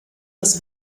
das